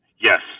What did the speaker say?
Yes